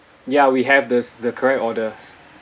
ya we have this the correct orders